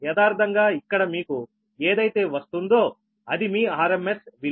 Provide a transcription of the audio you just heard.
యదార్ధంగా ఇక్కడ మీకు ఏదైతే వస్తుందో అది మీ RMS విలువ